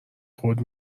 خود